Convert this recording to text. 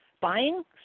Buying